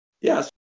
Yes